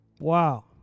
Wow